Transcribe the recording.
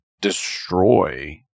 destroy